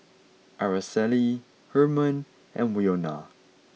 Aracely Herman and Winona